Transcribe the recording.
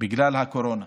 בגלל הקורונה.